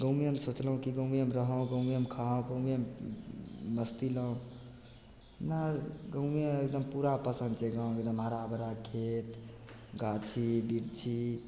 गाँवेमे सोचलहुंँ कि गाँवेमे हम रहौं गाँवेमे खाउ गाँवेमे मस्ती लौ नहि गाँवे एकदम पूरा पसन्द छै गाँव एकदम हरा भरा खेत गाछी बिरछी